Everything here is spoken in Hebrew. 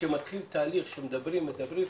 כשמתחיל תהליך שמדברים ומדברים,